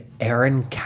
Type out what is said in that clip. Aaron